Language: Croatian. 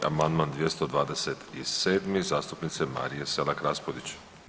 Amandman 227. zastupnice Marije Selak Raspudić.